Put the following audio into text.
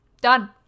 Done